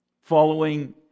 following